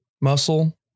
muscle